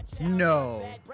No